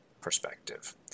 perspective